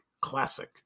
classic